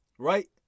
Right